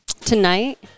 Tonight